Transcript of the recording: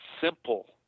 simple